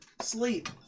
sleep